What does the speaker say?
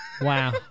Wow